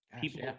people